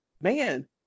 man